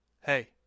hey